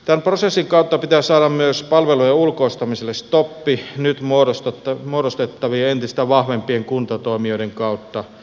tämän prosessin kautta pitää saada myös palveluiden ulkoistamiselle stoppi nyt muodostettavien entistä vahvempien kuntatoimijoiden kautta